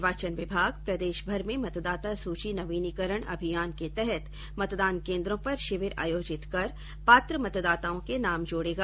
निर्वाचन विभाग प्रदेशभर में मतदाता सूची नवीनीकरण अभियान के तहत मतदान केन्द्रों पर शिविर आयोजित कर पात्र मतदाताओं के नाम जोड़ेगा